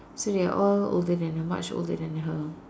so they are all older than her much older than her